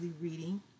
reading